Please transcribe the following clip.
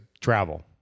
travel